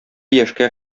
яшькә